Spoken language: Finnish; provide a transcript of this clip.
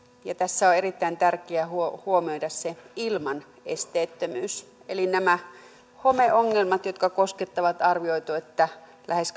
ja tässä on erittäin tärkeää huomioida ilman esteettömyys eli homeongelmat jotka koskettavat on arvioitu lähes